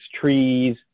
trees